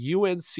UNC